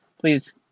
Please